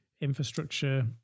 infrastructure